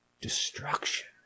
Destruction